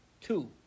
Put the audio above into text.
two